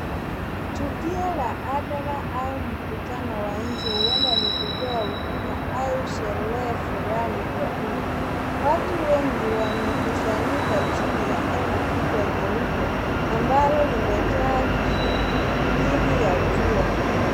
Tukio na hadhara au mkutano wa nje huenda ni kutoa huduma au sherehe fulani kwa uma. Watu wengi wamekusanyika chini ya hema kubwa nyeupe ambalo limetoa kivuli dhidi ya jua.